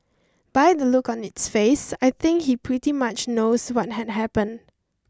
by the look on its face I think he pretty much knows what had happened